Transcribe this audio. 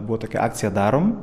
buvo tokia akcija darom